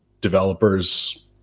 developers